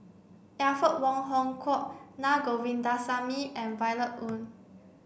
Alfred Wong Hong Kwok Naa Govindasamy and Violet Oon